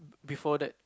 before that